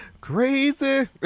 Crazy